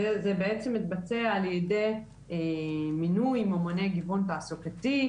וזה בעצם מתבצע על ידי מינוי ממוני גיוון תעסוקתי,